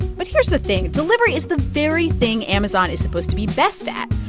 but here's the thing. delivery is the very thing amazon is supposed to be best at.